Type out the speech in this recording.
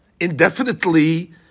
indefinitely